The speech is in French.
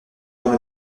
dans